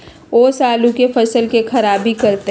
ओस आलू के फसल के खराबियों करतै?